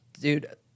Dude